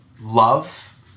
love